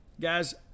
Guys